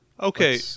Okay